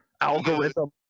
Algorithm